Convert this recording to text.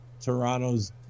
Toronto's